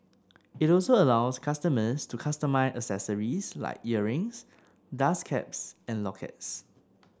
it also allows customers to customise accessories like earrings dust caps and lockets